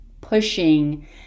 pushing